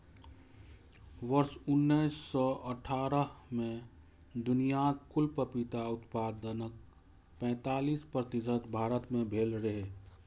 वर्ष उन्नैस सय अट्ठारह मे दुनियाक कुल पपीता उत्पादनक पैंतालीस प्रतिशत भारत मे भेल रहै